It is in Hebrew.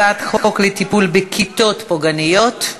הצעת חוק לטיפול בכתות פוגעניות,